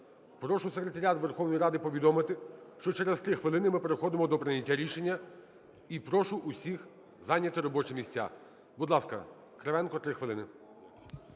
Прошу Секретаріат Верховної Ради повідомити, що через 3 хвилини ми переходимо до прийняття рішення, і прошу всіх зайняти робочі місця. Будь ласка, Кривенко – 3 хвилини.